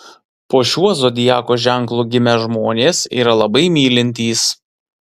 po šiuo zodiako ženklu gimę žmonės yra labai mylintys